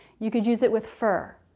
you could use it with fur.